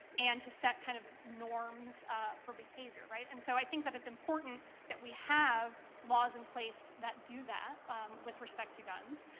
and to set kind of norms for behavior, right? and so i think that it's important that we have laws in place that do that with respect to guns.